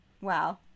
Wow